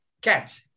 cat